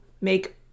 make